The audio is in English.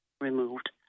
removed